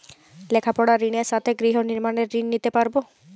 লেখাপড়ার ঋণের সাথে গৃহ নির্মাণের ঋণ নিতে পারব?